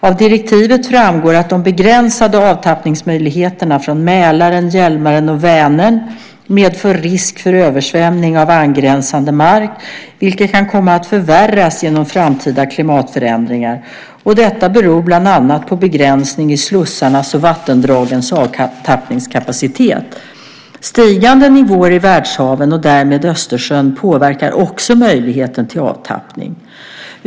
Av direktivet framgår att de begränsade avtappningsmöjligheterna från Mälaren, Hjälmaren och Vänern medför risk för översvämning av angränsande mark, vilket kan komma att förvärras genom framtida klimatförändringar. Detta beror bland annat på begränsning i slussarnas och vattendragens avtappningskapacitet. Stigande nivåer i världshaven och därmed Östersjön påverkar också möjligheten till avtappning.